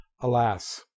Alas